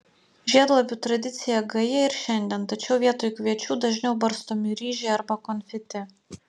žiedlapių tradicija gaji ir šiandien tačiau vietoj kviečių dažniau barstomi ryžiai arba konfeti